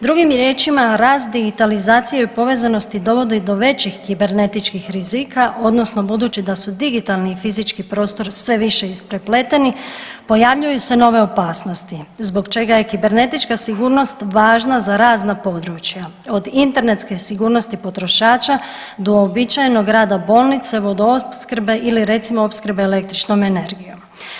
Drugim riječima, rast digitalizacije i povezanosti dovodi do većih kibernetičkih rizika odnosno budući da su digitalni i fizički prostor sve više isprepleteni pojavljuju se nove opasnosti zbog čega je kibernetička sigurnost važna za razna područja od internetske sigurnosti potrošača do uobičajenog rada bolnica, vodoopskrbe ili recimo opskrbe električnom energije.